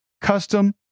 Custom